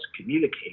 communicate